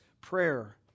prayer